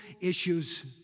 issues